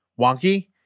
wonky